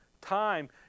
time